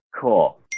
Cool